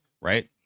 Right